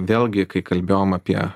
vėlgi kai kalbėjom apie